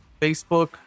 Facebook